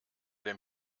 den